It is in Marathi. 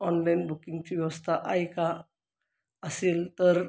ऑनलाईन बुकिंगची व्यवस्था आहे का असेल तर